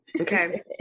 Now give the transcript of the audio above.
okay